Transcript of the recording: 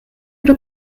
oder